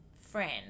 friend